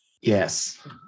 Yes